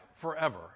forever